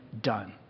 done